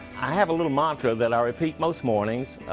i have a little mantra that i repeat most mornings,